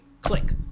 click